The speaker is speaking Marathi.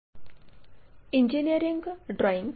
नमस्कार इंजिनिअरिंग ड्रॉइंग